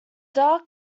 dark